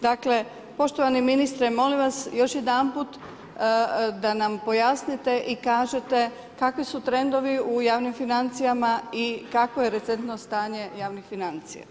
Dakle, poštovani ministre molim vas još jedanput da nam pojasnite i kažete kakvi su trendovi u javnim financijama i kakvo je recentno stanje javnih financija.